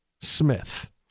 Smith